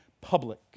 public